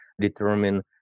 determine